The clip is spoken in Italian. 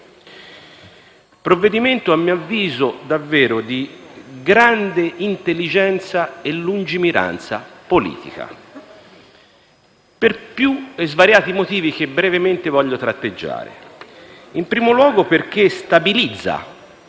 provvedimento a mio avviso di grande intelligenza e lungimiranza politica, per svariati motivi che brevemente voglio tratteggiare. In primo luogo, perché stabilizza